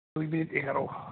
दुइ बिस एगार'